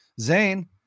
Zane